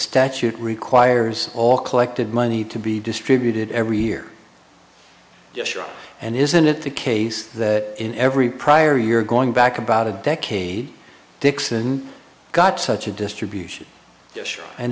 statute requires all collected money to be distributed every year and isn't it the case that in every prior year going back about a decade dixon got such a distribution and